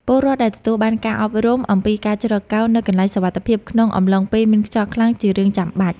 ពលរដ្ឋដែលទទួលបានការអប់រំអំពីការជ្រកកោននៅកន្លែងសុវត្ថិភាពក្នុងអំឡុងពេលមានខ្យល់ខ្លាំងជារឿងចាំបាច់។